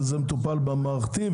שמטופל במערכתי,